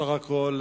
בסך הכול,